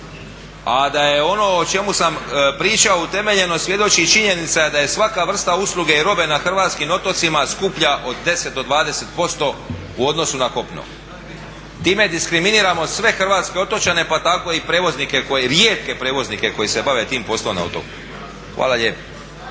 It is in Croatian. A da je ono o čemu sam pričao utemeljeno svjedoči činjenica da je svaka vrsta usluge i robe na hrvatskih otocima skuplja od 10 do 20% u odnosu na kopno. Time diskriminiramo sve hrvatske otočane pa tako i prijevoznike, rijetke prijevoznike koji se bave tim poslovima na otoku. Hvala lijepo.